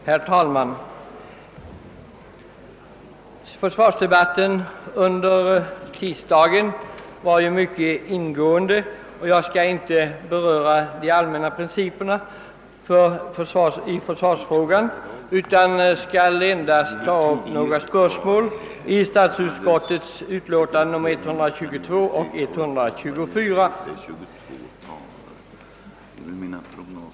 Herr talman! Med hänsyn till att försvarsdebatten under onsdagen var mycket ingående skall jag inte beröra de allmänna principerna i försvarsfrågan, utan skall endast ta upp några spörsmål i statsutskottets utlåtanden nr 122 och 124.